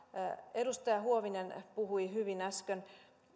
edustaja huovinen puhui hyvin äsken